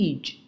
Age